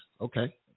Okay